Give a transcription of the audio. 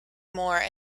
more